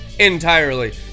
entirely